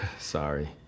Sorry